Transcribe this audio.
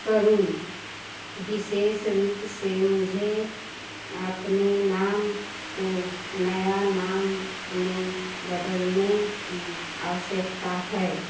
करूं विशेष रूप से मुझे अपने नाम को नया नाम में बदलने की आवश्यकता है